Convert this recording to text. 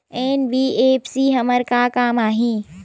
NBFC हमर का काम आही?